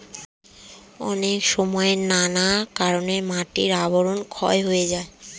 অনেক সময় নানা কারণে মাটির আবরণ ক্ষয় হয়ে যায়